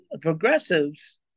progressives